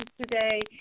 today